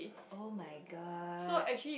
oh-my-God